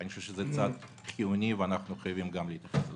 אני חושב שזה צעד חיוני ואנחנו חייבים גם להתייחס לזה.